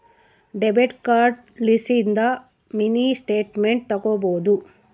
debit card ಲಿಸಿಂದ mini statement ತಕ್ಕೊಬೊದು